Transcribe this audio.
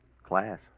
Class